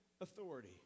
authority